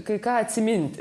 ką atsiminti